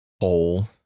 hole